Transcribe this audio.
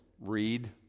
read